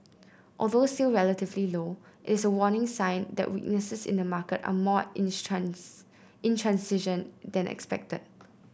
although still relatively low it is a warning sign that weaknesses in the market are more intransigent than expected